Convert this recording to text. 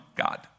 God